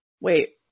wait